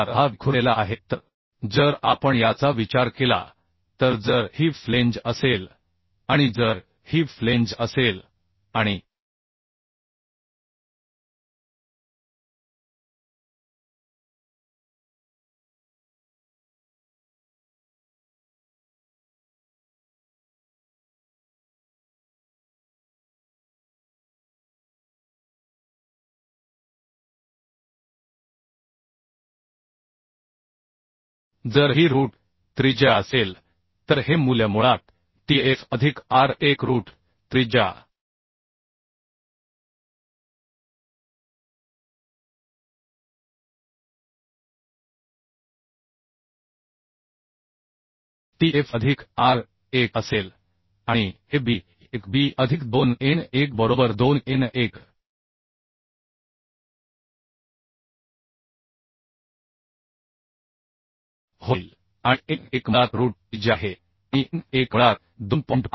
उतार हा विखुरलेला आहे तर जर आपण याचा विचार केला तर जर ही फ्लेंज असेल आणि जर ही फ्लेंज असेल आणि जर ही रूट त्रिज्या असेल तर हे मूल्य मुळात T f अधिक r 1 रूट त्रिज्या T f अधिक r 1 असेल आणि हे b 1 b अधिक 2 n 1 बरोबर 2 n 1 होईल आणि n 1 मुळात रूट त्रिज्या आहे आणि n 1 मुळात 2 होईल